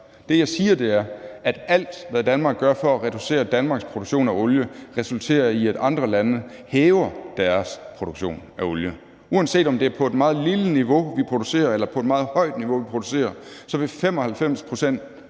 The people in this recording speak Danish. Det, jeg siger, er, at alt, hvad Danmark gør for at reducere Danmarks produktion af olie, resulterer i, at andre lande hæver deres produktion af olie – uanset om det er på et meget lille niveau, vi producerer, eller på et meget højt niveau, vi producerer, så vil op